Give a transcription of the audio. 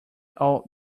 all